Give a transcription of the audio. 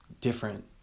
different